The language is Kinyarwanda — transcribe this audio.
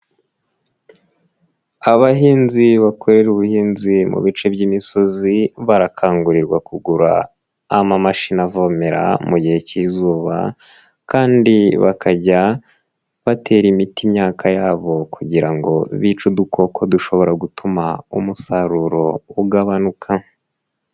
Abahinzi bakorera ubuhinzi mu bice by'imisozi barakangurirwa kugura amamashini avomera mu gihe k'izuba, kandi bakajya batera imiti imyaka yabo kugira ngo bice udukoko dushobora gutuma umusaruro ugabanuka.